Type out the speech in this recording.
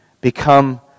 become